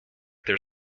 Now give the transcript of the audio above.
their